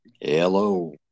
Hello